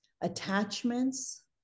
attachments